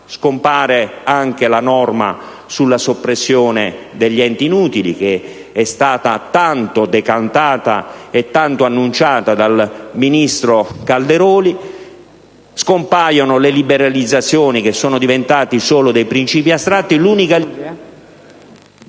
Scompare anche la norma sulla soppressione degli enti inutili, che è stata tanto decantata e tanto annunciata dal ministro Calderoli; scompaiono le liberalizzazioni, che sono diventate solo dei principi astratti.